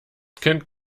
kennt